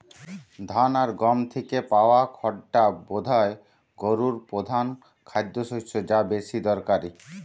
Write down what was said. ধান আর গম থিকে পায়া খড়টা বোধায় গোরুর পোধান খাদ্যশস্য যা বেশি দরকারি